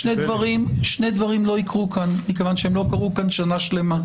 שני דברים לא יקרו כאן כי הם לא קרו כאן שנה שלמה: